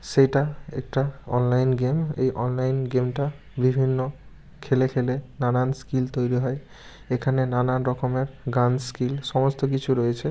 সেটা একটা online game এই অনলাইন গেমটা বিভিন্ন খেলে খেলে নানান স্কিল তৈরি হয় এখানে নানান রকমের গান স্কিল সমস্ত কিছু রয়েছে